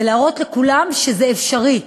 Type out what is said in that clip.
ולהראות לכולם שזה אפשרי,